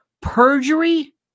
Perjury